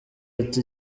ati